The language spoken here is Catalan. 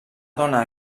dona